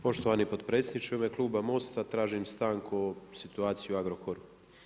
Poštovani potpredsjedniče, u ime kluba MOST-a tražim stanku o situaciji u Agrokoru.